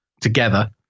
together